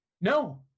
No